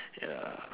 ya